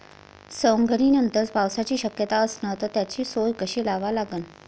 सवंगनीनंतर पावसाची शक्यता असन त त्याची सोय कशी लावा लागन?